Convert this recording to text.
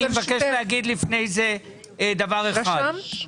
אני מבקש להגיד לפני זה דבר אחד.